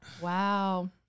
Wow